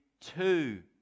two